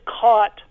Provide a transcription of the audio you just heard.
caught